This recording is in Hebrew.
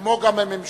כמו גם הממשלה,